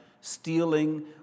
stealing